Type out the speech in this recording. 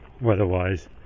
weather-wise